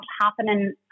happening